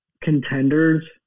contenders